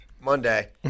Monday